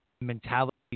Mentality